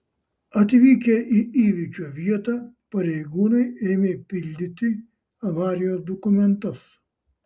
atvykę į įvykio vietą pareigūnai ėmė pildyti avarijos dokumentus